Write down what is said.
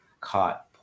caught